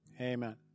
Amen